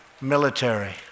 military